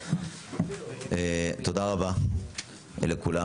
תודה רבה לכולם.